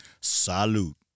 Salute